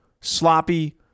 sloppy